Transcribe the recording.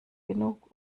genug